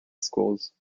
schools